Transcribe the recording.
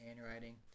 handwriting